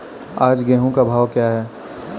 आज गेहूँ का भाव क्या है?